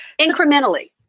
Incrementally